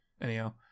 anyhow